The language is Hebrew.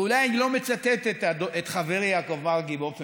ואולי אני לא מצטט את חברי יעקב מרגי באופן